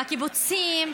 בקיבוצים,